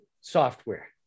software